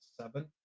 seven